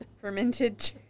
fermented